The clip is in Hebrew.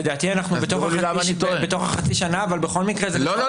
לדעתי אנחנו בתוך החצי שנה אבל בכל מקרה --- לא,